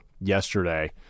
yesterday